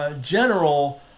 general